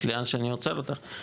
סליחה שאני עוצר אותך,